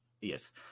Yes